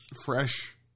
fresh